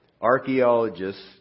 archaeologists